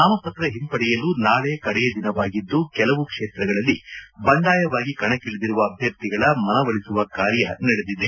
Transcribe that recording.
ನಾಮಪತ್ರ ಹಿಂಪಡೆಯಲು ನಾಳೆ ಕಡೆಯ ದಿನವಾಗಿದ್ದು ಕೆಲವು ಕ್ಷೇತ್ರಗಳಲ್ಲಿ ಬಂಡಾಯವಾಗಿ ಕಣಕ್ಕಿ ಳಿದಿರುವ ಅಭ್ಯರ್ಥಿಗಳ ಮನವೊಲಿಸುವ ಕಾರ್ಯ ನಡೆದಿದೆ